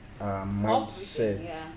mindset